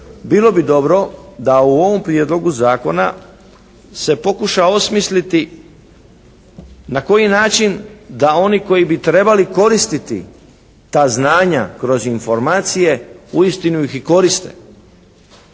Bilo bi dobro da u ovom prijedlogu zakona se pokuša osmisliti na koji način da oni koji bi trebali koristiti ta znanja kroz informacije uistinu i koriste.